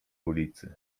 ulicy